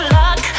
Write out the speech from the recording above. luck